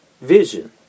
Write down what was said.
vision